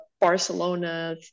Barcelona